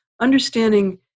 understanding